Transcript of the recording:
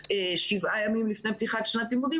שבעה ימים לפני פתיחת שנת לימודים,